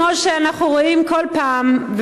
כמו שאנחנו רואים כל פעם,